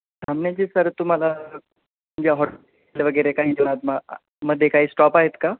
थांबण्याचे सर तुम्हाला वगैरे काही मा मध्ये काही स्टॉप आहेत का